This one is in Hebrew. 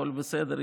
הכול בסדר,